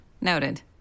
Noted